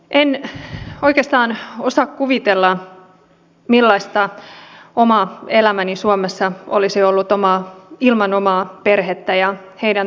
en oikeastaan osaa kuvitella millaista oma elämäni suomessa olisi ollut ilman omaa perhettä ja heidän tukeaan